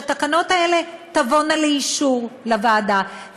התקנות האלה תבואנה לאישור לוועדה,